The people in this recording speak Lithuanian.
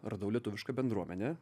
radau lietuvišką bendruomenę